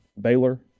Baylor